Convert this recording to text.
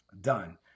done